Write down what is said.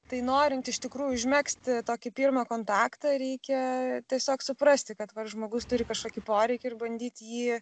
tai norint iš tikrųjų užmegzti tokį pirmą kontaktą reikia tiesiog suprasti kad žmogus turi kažkokį poreikį ir bandyti jį